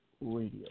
Radio